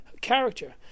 character